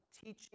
teaching